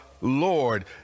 Lord